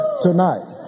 tonight